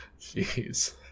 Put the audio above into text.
Jeez